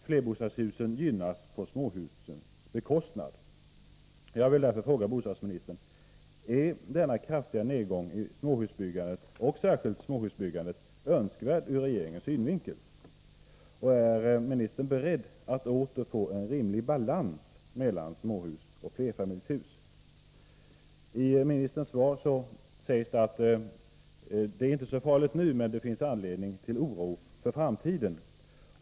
Flerbostadshusen gynnas på småhusens bekostnad. I bostadsministerns svar sägs att det inte är så farligt nu men att det finns anledning till oro för framtiden.